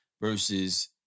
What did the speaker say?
versus